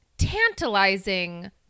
Tantalizing